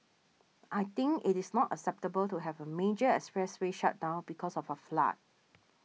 I think it is not acceptable to have a major expressway shut down because of a flood